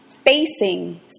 Facing